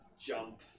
Jump